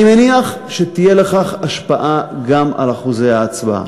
אני מניח שתהיה לכך השפעה גם על שיעור ההצבעה.